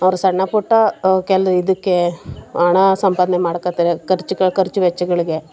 ಅವ್ರು ಸಣ್ಣ ಪುಟ್ಟ ಕೆಲ್ ಇದಕ್ಕೆ ಹಣ ಸಂಪಾದನೆ ಮಾಡ್ಕೊಳ್ತಾರೆ ಖರ್ಚು ಖರ್ಚು ವೆಚ್ಚಗಳಿಗೆ